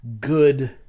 good